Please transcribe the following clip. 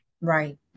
right